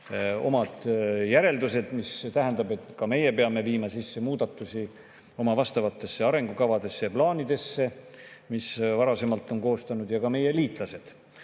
omad järeldused, mis tähendab, et ka meie peame viima sisse muudatusi oma vastavatesse arengukavadesse ja plaanidesse, mis varasemalt on koostatud, ja samuti meie liitlased